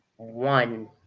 one